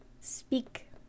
speak